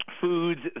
foods